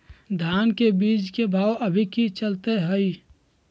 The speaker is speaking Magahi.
धान के बीज के भाव अभी की चलतई हई?